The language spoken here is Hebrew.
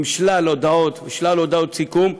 עם שלל הודעות סיכום,